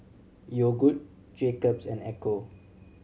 Yogood Jacob's and Ecco